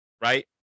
right